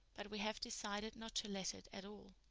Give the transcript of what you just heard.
but we have decided not to let it at all.